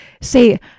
say